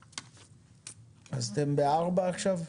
אז אתם ב-4 עכשיו?